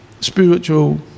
spiritual